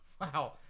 Wow